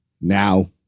now